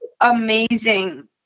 amazing